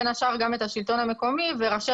בין השאר גם את השלטון המקומי וראשי